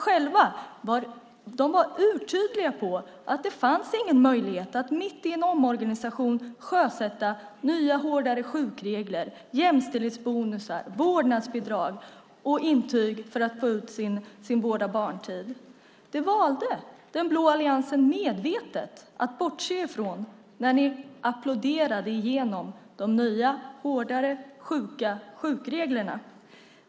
De var själva urtydliga med att det inte fanns någon möjlighet att mitt under en omorganisation sjösätta nya och hårdare sjukregler, jämställdhetsbonusar, vårdnadsbidrag och intyg för att få ut sin VAB-tid. Detta valde den blå alliansen medvetet att bortse ifrån när ni applåderade igenom de nya, hårdare, sjuka sjukreglerna.